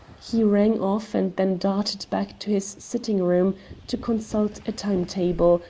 he rang off and then darted back to his sitting-room to consult a time-table,